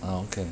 ah okay